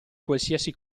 qualsiasi